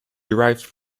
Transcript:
derived